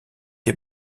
des